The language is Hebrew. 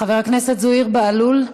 חבר הכנסת זוהיר בהלול,